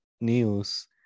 news